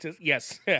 Yes